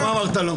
למה אמרת "לא"?